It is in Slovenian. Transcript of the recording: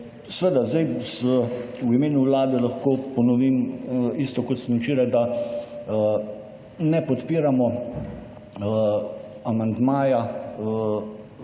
seveda zdaj z, v imenu Vlade lahko ponovim isto, kot sem včeraj, da ne podpiramo amandmaja